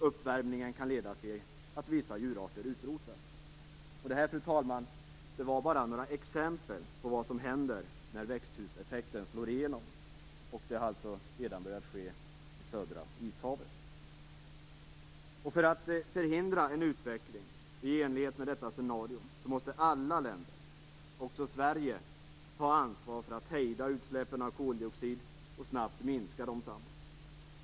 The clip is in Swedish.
Uppvärmningen kan leda till att vissa djurarter utrotas. Det här, fru talman, är bara några exempel på vad som händer när växthuseffekten slår igenom, och det har alltså redan börjat ske i södra Ishavet. För att förhindra en utveckling i enlighet med detta scenario, måste alla länder, också Sverige, ta ansvar för att hejda utsläppen av koldioxid och snabbt minska dem.